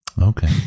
Okay